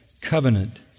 covenant